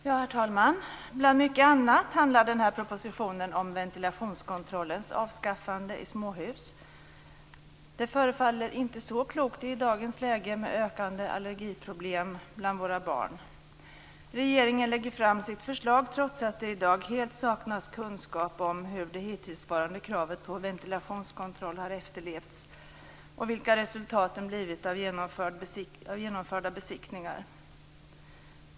Herr talman! Bland mycket annat handlar den här propositionen om ventilationskontrollens avskaffande i småhus. Det förefaller inte så klokt i dagens läge med ökande allergiproblem bland våra barn. Regeringen lägger fram sitt förslag trots att det i dag helt saknas kunskap om hur det hittillsvarande kravet på ventilationskontroll har efterlevts och vilka resultaten blivit av genomförda besiktningar.